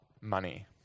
money